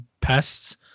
pests